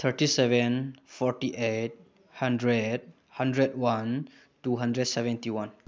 thirty seven forty eight hundred hundred one two hundred seventy one